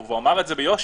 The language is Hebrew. והוא אמר את זה ביושר,